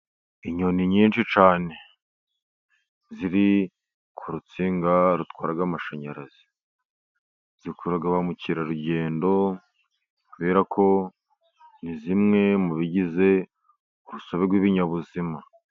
Inyoni nyinshi cyane ziri ku rutsinga rutwara amashanyarazi. Zikurura ba mukerarugendo kubera ko ni zimwe mu bigize urusobe rw'ibinyabuzima.